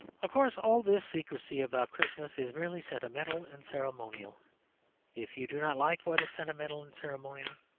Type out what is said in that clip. of course, all this secrecy about christmas is merely sentimental and ceremonial if you do not like what is sentimental and ceremonial,